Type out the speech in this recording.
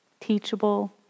teachable